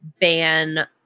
ban